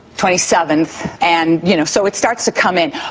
twenty seven and you know so it starts to come in,